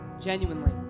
genuinely